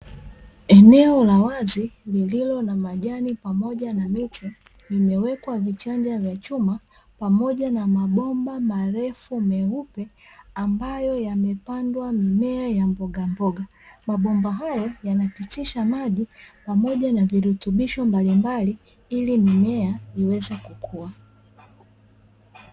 Eneo la wazi, lililo na majani pamoja na miti limewekwa vichanja vya chuma pamoja na mabomba marefu meupe ambayo yamepandwa mimea ya mbogamboga, mabomba hayo yanapitisha maji pamoja na virutubishi mbalimbali ili mimea iweze kukuwa.